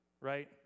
right